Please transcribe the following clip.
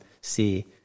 see